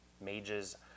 Mages